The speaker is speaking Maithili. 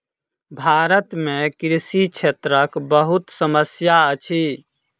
भारत में कृषि क्षेत्रक बहुत समस्या अछि